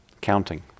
Counting